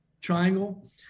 triangle